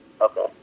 Okay